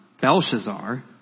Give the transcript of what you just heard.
Belshazzar